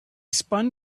spun